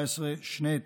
ב-2019, שני היתרים,